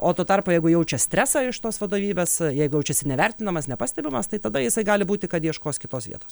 o tuo tarpu jeigu jaučia stresą iš tos vadovybės jeigu jaučiasi nevertinamas nepastebimas tai tada jisai gali būti kad ieškos kitos vietos